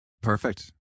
Perfect